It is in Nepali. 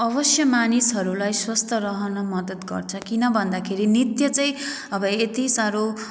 अवश्य मानिसहरूलाई स्वस्थ रहन मदत गर्छ किन भन्दाखेरि नृत्य चाहिँ अब यति सारो